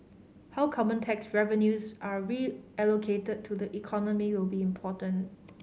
how carbon tax revenues are reallocated to the economy will be important